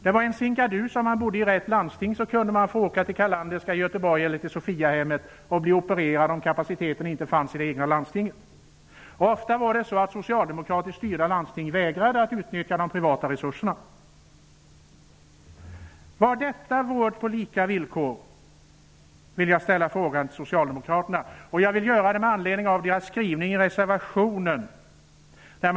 Det var en sinkadus om man bodde i rätt landsting -- om kapaciteten inte fanns i det egna landstinget kunde man få åka till Carlanderska i Göteborg eller till Sophiahemmet och bli opererad. Ofta var det så att socialdemokratiskt styrda landsting vägrade utnyttja de privata resurserna. Var detta vård på lika villkor? Jag vill ställa frågan till socialdemokraterna i kammaren med anledning av deras skrivning i reservation 2.